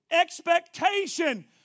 Expectation